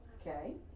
okay